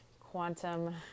quantum